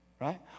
right